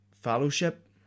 fellowship